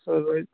سۄ روزِ